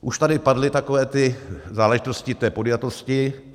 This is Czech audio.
Už tady padly takové ty záležitosti podjatosti.